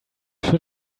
should